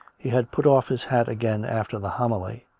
he had put off his hat again after the homily,